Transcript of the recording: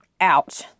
Ouch